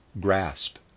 grasp